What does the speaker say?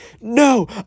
No